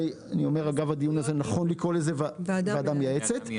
אגב הדיון הזה, אולי נכון לקרוא לה ועדה מייעצת.